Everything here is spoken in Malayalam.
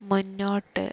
മുന്നോട്ട്